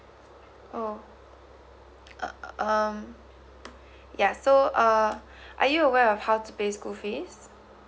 oh um yeah so uh are you aware of how to pay school fees